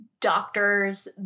doctors